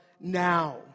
now